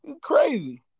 crazy